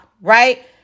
right